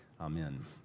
Amen